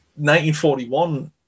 1941